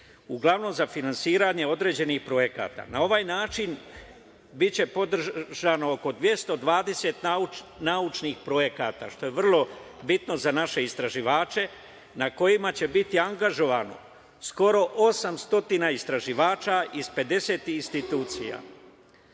uglavnom za finansiranje određenih projekata. Na ovaj način biće podržano oko 220 naučnih projekata, što je vrlo bitno za naše istraživače, na kojima će biti angažovano skoro 800 istraživača iz 50 institucija. Drugi